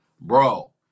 Bro